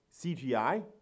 cgi